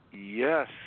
Yes